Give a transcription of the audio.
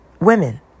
Women